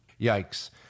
Yikes